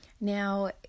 now